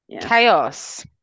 Chaos